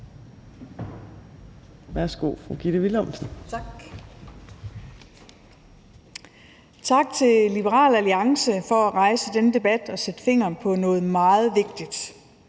(Ordfører) Gitte Willumsen (KF): Tak, og tak til Liberal Alliance for at rejse denne debat og sætte fingeren på noget meget vigtigt: